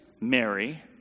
Mary